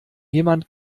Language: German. jemand